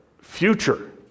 future